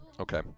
Okay